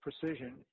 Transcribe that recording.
precision